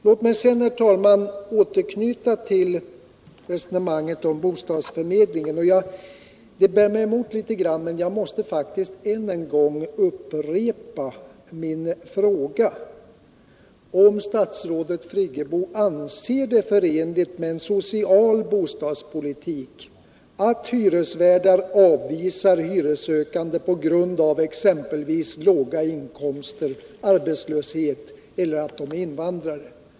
Låt mig sedan, herr talman, återknyta till resonemanget om bostadsförmedlingen. Det bär mig emot litet, men jag måste faktiskt upprepa min fråga om statsrådet Friggebo anser det förenligt med en social bostadspolitik att hyresvärdar avvisar hyressökande t.ex. på grund av att de har låga inkomster, är arbetslösa eller invandrare.